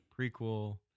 prequel